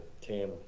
team